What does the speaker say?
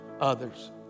others